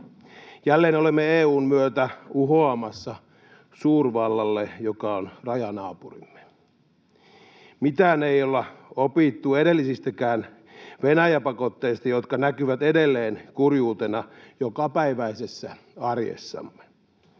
Jälleen olemme EU:n myötä uhoamassa suurvallalle, joka on rajanaapurimme. Mitään ei olla opittu edellisistäkään Venäjä-pakotteista, jotka näkyvät edelleen kurjuutena jokapäiväisessä arjessamme.